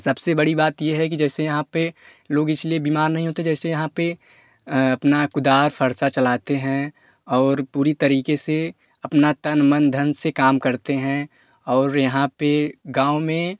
सबसे बड़ी बात यह है कि जैसे यहाँ पर लोग इसलिए बीमार नहीं होते जैसे यहाँ पर अपना कुदाल फरसा चलाते हैं और पूरी तरीके से अपना तन मन धन से काम करते हैं और यहाँ पर गाँव में